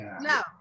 No